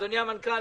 אדוני המנכ"ל,